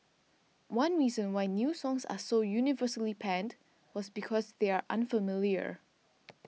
one reason why new songs are so universally panned was because they are unfamiliar